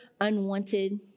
unwanted